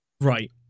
Right